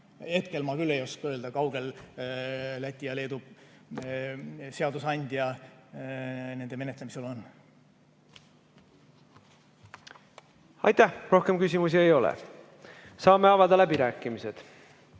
Hetkel ma küll ei oska öelda, kui kaugel Läti ja Leedu seadusandja selle menetlemisel on. Rohkem küsimusi ei ole. Saame avada läbirääkimised.